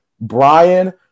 Brian